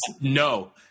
no